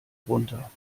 runter